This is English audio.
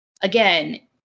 again